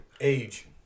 Age